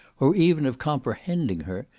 or even of comprehending her,